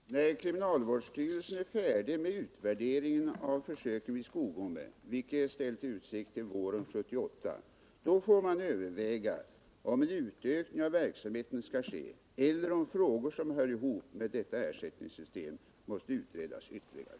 Herr talman! När kriminalvårdsstyrelsen är färdig med utvärderingen av försöken i Skogome, vilket är ställt i utsikt till våren 1978, får man överväga om en utveckling av verksamheten skall ske eller om frågor, som hör ihop med detta ersättningssystem, måste utredas ytterligare.